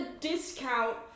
discount